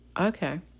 okay